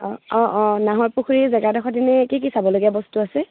অঁ অঁ অঁ নাহৰ পুখুৰী জেগাডোখৰত এনেই কি কি চাবলগীয়া বস্তু আছে